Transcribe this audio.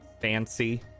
fancy